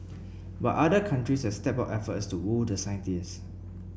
but other countries have stepped up efforts to woo the scientists